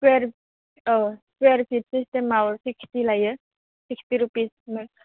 square औ square feet सिस्टेमाव sixty लायो सिक्सटि रुपिस